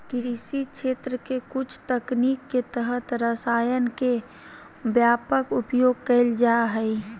कृषि क्षेत्र के कुछ तकनीक के तहत रसायन के व्यापक उपयोग कैल जा हइ